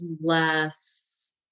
less